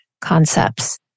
concepts